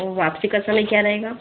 और वापसी का समय क्या रहेगा